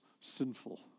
Sinful